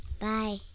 Bye